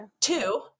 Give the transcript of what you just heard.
Two